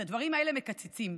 בדברים האלה מקצצים.